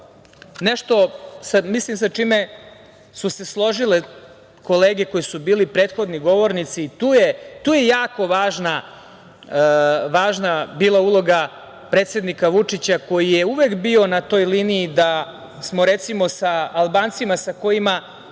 nešto sa čime su se složile kolege koji su bili prethodni govornici. Tu je jako važna bila uloga predsednika Vučića koji je uvek bio na toj liniji da smo, recimo, sa Albancima sa kojima